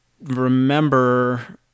remember